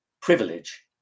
privilege